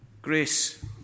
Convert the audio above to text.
Grace